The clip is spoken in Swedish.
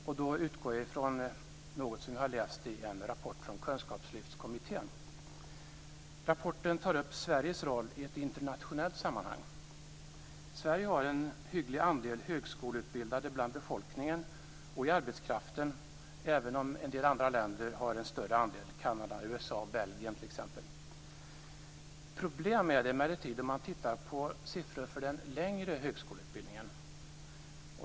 Jag utgår från en rapport från Kunskapslyftskommittén. Rapporten tar upp Sveriges roll i ett internationellt sammanhang. Sverige har en hygglig andel högskoleutbildade bland befolkningen och i arbetskraften, även om en del andra länder har en större andel - t.ex. Kanada, USA och Belgien. Problem blir det emellertid när man tittar på siffror för den längre högskoleutbildningen.